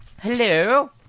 Hello